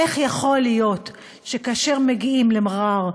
איך יכול להיות שכאשר מגיעים למע'אר,